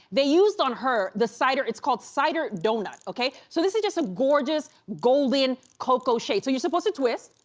they used on her the cider. it's called cider donut, okay. so this is just a gorgeous golden coco shade. so you're supposed to twist.